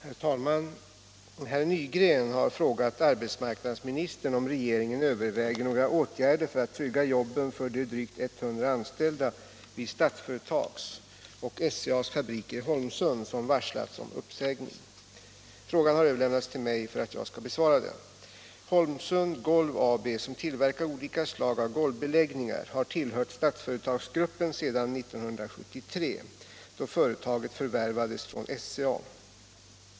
Herr talman! Herr Nygren har frågat arbetsmarknadsministern om regeringen överväger några åtgärder för att trygga jobben för de drygt 100 anställda vid Statsföretags och SCA:s fabriker i Holmsund som varslats om uppsägning. Frågan har överlämnats till mig för att jag skall besvara den. Holmsund Golv AB, som tillverkar olika slag av golvbeläggningar, har tillhört Statsföretaggruppen sedan år 1973, då företaget förvärvades från SCA.